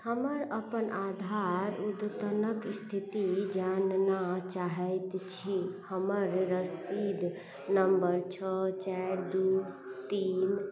हमर अपन आधार उद्यतनक स्थिति जानना चाहैत छी हमर रसीद नम्बर छओ चारि दू तीन